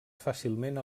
fàcilment